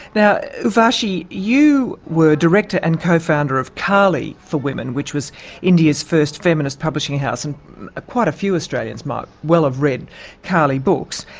now urvashi, you were director and co-founder of kali for women, which was india's first feminist publishing house. and ah quite a few australians might well have read kali books.